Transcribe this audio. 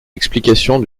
explications